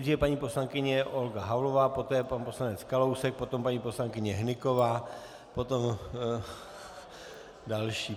Nejdříve paní poslankyně Olga Havlová, poté pan poslanec Kalousek, potom paní poslankyně Hnyková, potom další.